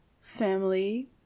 family